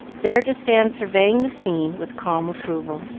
there to stand surveying the scene with calm approval.